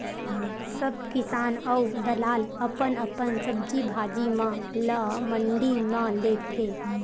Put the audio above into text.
सब किसान अऊ दलाल अपन अपन सब्जी भाजी म ल मंडी म लेगथे